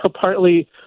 partly